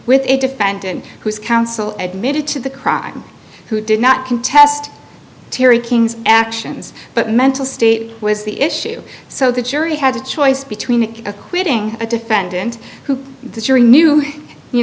with a defendant whose counsel admitting to the crime who did not contest terry king's actions but mental state was the issue so the jury had a choice between acquitting a defendant who the jury knew you